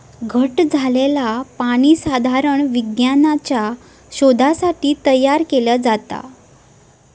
घट्ट झालंला पाणी साधारण विज्ञानाच्या शोधासाठी तयार केला जाता